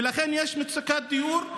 ולכן יש מצוקת דיור,